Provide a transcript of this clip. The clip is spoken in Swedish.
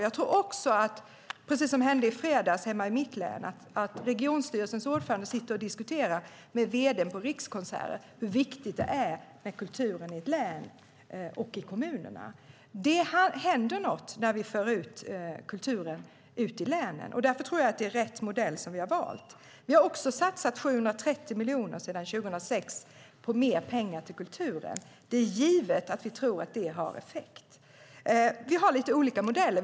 Jag tror också att precis det som hände i fredags hemma i mitt län är bra, att regionstyrelsens ordförande sitter och diskuterar med vd:n på Rikskonserter hur viktigt det är med kulturen i ett län och i kommunerna. Det händer något när vi för ut kulturen i länen. Därför tror jag att det är rätt modell som vi har valt. Vi har också sedan 2006 satsat 730 miljoner mer till kulturen. Det är givet att vi tror att det har effekt. Vi har lite olika modeller.